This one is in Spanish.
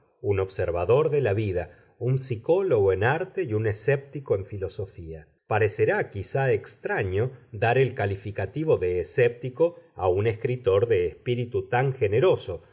un observador de la vida un psicólogo en arte y un escéptico en filosofía parecerá quizá extraño dar el calificativo de escéptico a un escritor de espíritu tan generoso